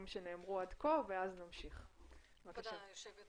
שנאמרו עד כה ואז נמשיך עם יתר הדוברים.